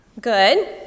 Good